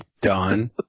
done